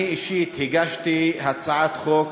אני אישית הגשתי הצעת חוק